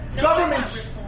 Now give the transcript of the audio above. governments